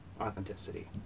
authenticity